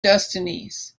destinies